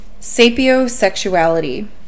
Sapiosexuality